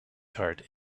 tart